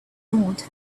ignored